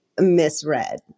misread